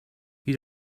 you